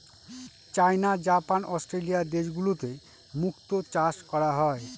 চাইনা, Japan, Australia দেশগুলোতে মুক্তো চাষ করা হয়